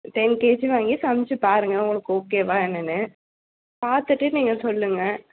ten KG வாங்கி சமைச்சு பாருங்க உங்களுக்கு ஓகேவா என்னன்னு பார்த்துட்டு நீங்கள் சொல்லுங்க